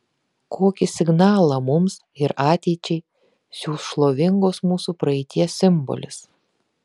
kokį signalą mums ir ateičiai siųs šlovingos mūsų praeities simbolis